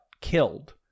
killed